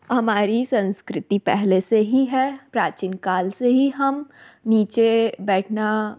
हमारी संस्कृति पहले से ही है प्राचीन काल से ही हम नीचे बैठना